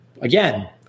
Again